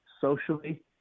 socially